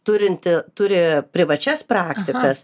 turinti turi privačias praktikas